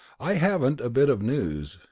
i haven't a bit of news,